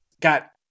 got